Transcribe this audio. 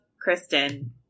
Kristen